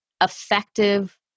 effective